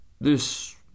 This